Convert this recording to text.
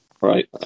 right